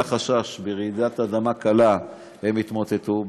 היה חשש שברעידת אדמה קלה הם יתמוטטו,